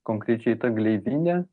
konkrečiai ta gleivinė